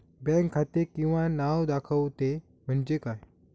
Bank खाते किंवा नाव दाखवते म्हणजे काय?